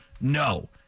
no